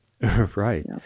Right